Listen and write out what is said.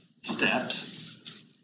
steps